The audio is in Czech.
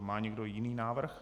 Má někdo jiný návrh?